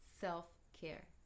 self-care